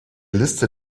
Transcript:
liste